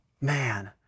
Man